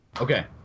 Okay